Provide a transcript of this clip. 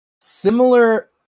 similar